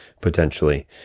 potentially